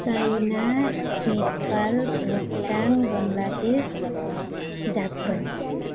China Nepal Bhutan Bangladesh Japan